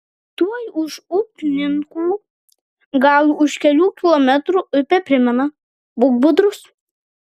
tuoj už upninkų gal už kelių kilometrų upė primena būk budrus